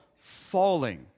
falling